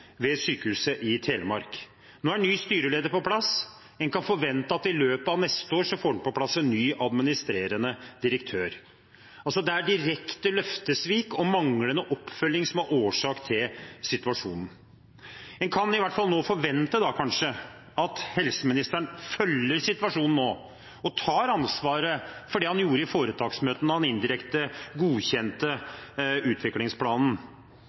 ved Sykehuset Telemark. Nå er ny styreleder på plass. En kan forvente at i løpet av neste år får en på plass en ny administrerende direktør. Det er direkte løftesvik og manglende oppfølging som er årsak til situasjonen. En kan i hvert fall nå forvente, kanskje, at helseministeren følger situasjonen og tar ansvaret for det han gjorde i foretaksmøtet da han indirekte godkjente utviklingsplanen,